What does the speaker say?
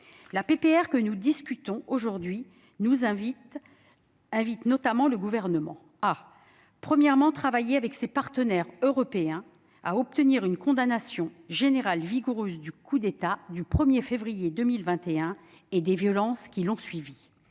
que nous discutons aujourd'hui invite le Gouvernement, premièrement, à travailler avec ses partenaires européens afin d'obtenir une condamnation générale vigoureuse du coup d'État du 1 février 2021 et des violences qui l'ont suivi